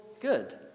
good